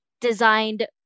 designed